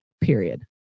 period